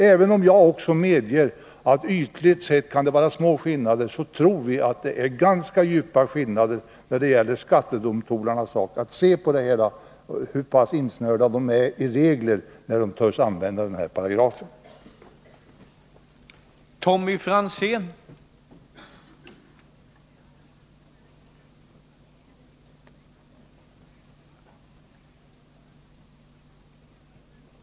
Även om jag också medger att det ytligt sett kan röra sig om små skillnader i lagtexten, tror jagatt det är ganska djupgående skillnader när det gäller skattedomstolarnas möjligheter att se på de här frågorna. Det är stor skillnad i fråga om hur pass insnörda domstolarna blir i regler — när de törs använda den här paragrafen OSV.